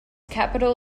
capital